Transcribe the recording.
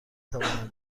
توانم